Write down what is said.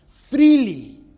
freely